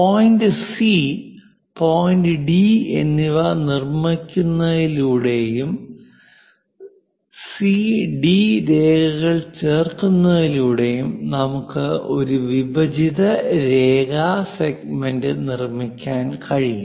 point C point D എന്നിവ നിർമ്മിക്കുന്നതിലൂടെയും C D രേഖകൾ ചേർക്കുന്നതിലൂടെയും നമുക്ക് ഒരു വിഭജിത രേഖ സെഗ്മെന്റ് നിർമ്മിക്കാൻ കഴിയും